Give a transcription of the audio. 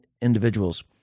individuals